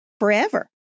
Forever